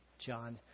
John